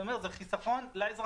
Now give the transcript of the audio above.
אני אומר שזה חיסכון לאזרחים.